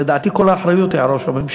ולדעתי, כל האחריות היא על ראש הממשלה.